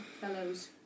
fellows